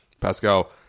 Pascal